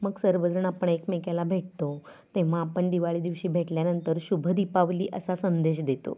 मग सर्वजण आपण एकमेक्याला भेटतो तेव्हा आपण दिवाळीदिवशी भेटल्यानंतर शुभ दीपावली असा संदेश देतो